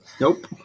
Nope